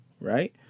right